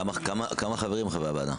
כמה חברים בוועדה?